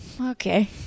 okay